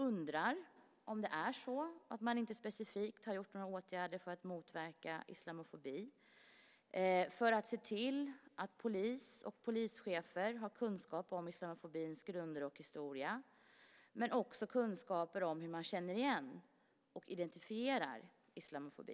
Har man inte specifikt vidtagit några åtgärder för att motverka islamofobi för att se till att polis och polischefer har kunskap om islamofobins grunder och historia och kunskap om hur man känner igen och identifierar islamofobi?